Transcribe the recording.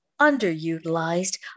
underutilized